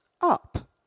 up